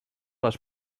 les